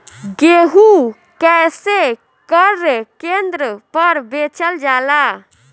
गेहू कैसे क्रय केन्द्र पर बेचल जाला?